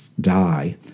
die